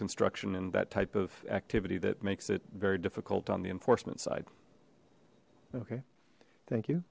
construction and that type of activity that makes it very difficult on the enforcement side okay thank you